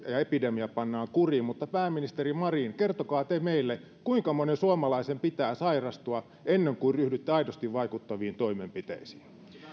epidemia pannaan kuriin mutta pääministeri marin kertokaa te meille kuinka monen suomalaisen pitää sairastua ennen kuin ryhdytte aidosti vaikuttaviin toimenpiteisiin